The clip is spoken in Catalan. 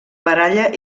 baralla